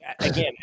again